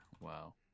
Wow